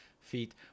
feet